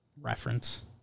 reference